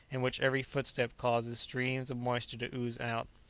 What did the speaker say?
in which every footstep causes streams of moisture to ooze out.